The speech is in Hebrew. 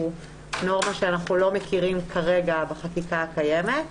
נורמה שאנחנו לא מכירים כרגע בחקיקה הקיימת.